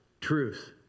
truth